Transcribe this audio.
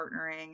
partnering